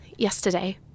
Yesterday